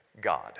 God